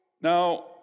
Now